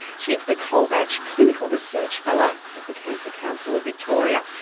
she's the colebatch clinical research fellow with the cancer council of victoria.